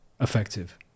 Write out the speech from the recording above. effective